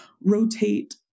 rotate